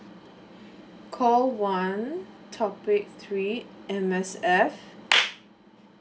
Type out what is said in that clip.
call one topic three M_S_F